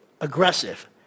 aggressive